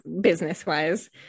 business-wise